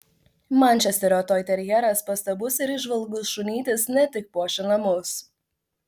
mančesterio toiterjeras pastabus ir įžvalgus šunytis ne tik puošia namus